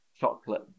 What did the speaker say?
chocolate